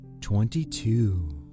twenty-two